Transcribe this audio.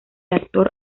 actor